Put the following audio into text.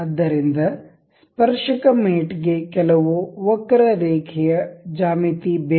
ಆದ್ದರಿಂದ ಸ್ಪರ್ಶಕ ಮೇಟ್ ಗೆ ಕೆಲವು ವಕ್ರರೇಖೆಯ ಜ್ಯಾಮಿತಿ ಬೇಕು